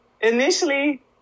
initially